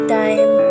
time